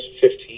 fifteen